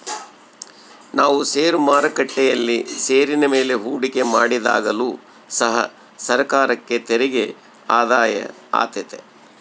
ನಾವು ಷೇರು ಮಾರುಕಟ್ಟೆಯಲ್ಲಿ ಷೇರಿನ ಮೇಲೆ ಹೂಡಿಕೆ ಮಾಡಿದಾಗಲು ಸಹ ಸರ್ಕಾರಕ್ಕೆ ತೆರಿಗೆ ಆದಾಯ ಆತೆತೆ